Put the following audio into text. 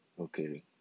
okay